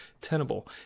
tenable